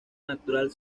natural